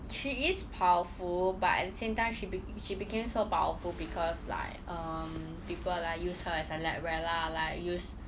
she is powerful but at the same time she beca~ she became so powerful because like um people like use her as a lab rat lah like use